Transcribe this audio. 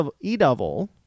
E-Double